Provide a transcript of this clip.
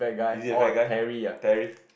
he is a fat guy Terry